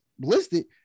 listed